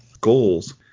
goals